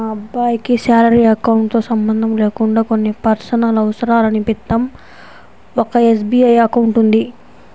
మా అబ్బాయికి salary account తో సంబంధం లేకుండా కొన్ని పర్సనల్ అవసరాల నిమిత్తం ఒక ఎస్.బీ.ఐ అకౌంట్ ఉంది